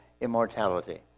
immortality